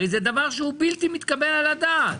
הרי זה דבר שהוא בלתי מתקבל על הדעת.